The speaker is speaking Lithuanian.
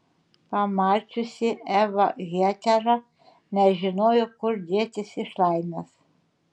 pamačiusi evą hetera nežinojo kur dėtis iš laimės